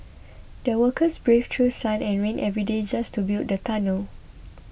the workers braved through sun and rain every day just to build the tunnel